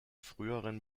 früheren